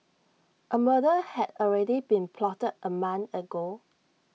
A murder had already been plotted A month ago